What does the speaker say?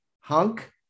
Hunk